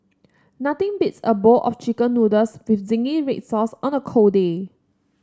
nothing beats a bowl of chicken noodles with zingy red sauce on a cold day